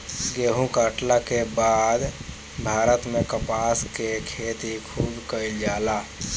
गेहुं काटला के बाद भारत में कपास के खेती खूबे कईल जाला